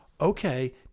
okay